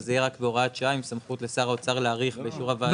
שזה יהיה רק בהוראת שעה עם סמכות לשר האוצר להאריך באישור הוועדה.